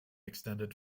extended